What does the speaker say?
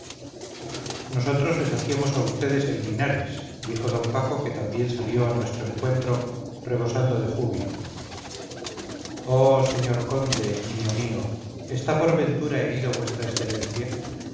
nosotros les hacíamos a vds en linares dijo d paco que también salió a nuestro encuentro rebosando de júbilo oh señor conde niño mío está por ventura herido vuestra excelencia